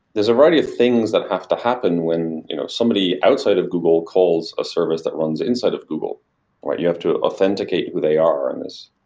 there's a variety of things that have to happen when you know somebody outside of google calls a service that runs inside of google you have to authenticate who they are in this.